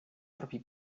propri